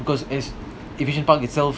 because as itself